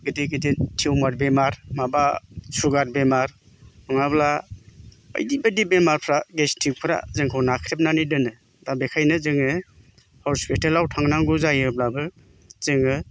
गिदिर गिदिर टिउमार बेमार माबा सुगार बेमार नङाब्ला बायदि बायदि बेमारफ्रा गेस्टिकफ्रा जोंखौ नाख्रेबनानै दोनो दा बेखायनो जोङो हस्पिटेलाव थांनांगौ जायोब्लाबो जोङो